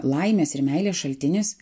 laimės ir meilės šaltinis